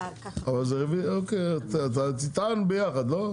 אתה תטען ביחד לא?